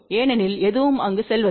ஏனெனில் எதுவும் அங்கு செல்வதில்லை